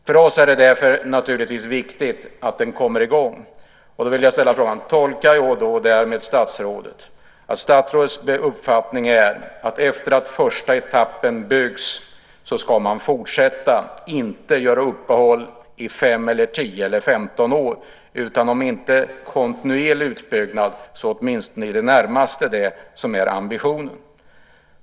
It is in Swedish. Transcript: För oss är det därför naturligtvis viktigt att banan kommer i gång, och jag vill ställa frågan: Kan jag därmed tolka statsrådet så att statsrådets uppfattning är att efter att första etappen byggs så ska man fortsätta och inte göra uppehåll i 5, 10 eller 15 år? Om det nu inte sker en kontinuerlig utbyggnad, är det åtminstone i det närmaste det som är ambitionen?